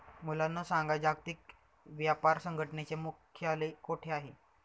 मुलांनो सांगा, जागतिक व्यापार संघटनेचे मुख्यालय कोठे आहे